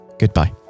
goodbye